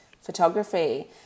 Photography